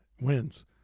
wins